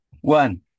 one